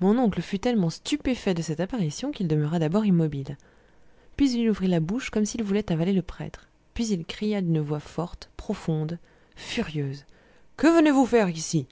mon oncle fut tellement stupéfait de cette apparition qu'il demeura d'abord immobile puis il ouvrit la bouche comme s'il voulait avaler le prêtre puis il cria d'une voix forte profonde furieuse que venez-vous faire ici